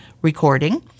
recording